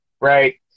right